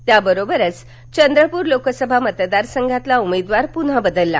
त्याबरोबरच चंद्रपूर लोकसभा मतदारसंघातला उमेदवार पून्हा बदलला